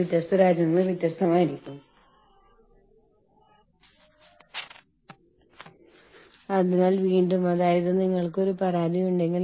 വ്യത്യസ്ത രാജ്യങ്ങൾ വ്യത്യസ്ത പ്രദേശങ്ങൾ വ്യത്യസ്ത പ്രദേശങ്ങളുണ്ടെന്ന് ഞാൻ അംഗീകരിക്കുന്നു ഞാൻ അവയ്ക്ക് തുല്യ പ്രാധാന്യം നൽകും